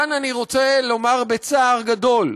כאן אני רוצה לומר, בצער גדול,